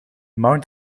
mount